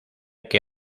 que